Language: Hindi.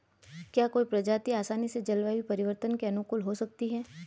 क्या कोई प्रजाति आसानी से जलवायु परिवर्तन के अनुकूल हो सकती है?